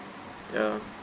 ya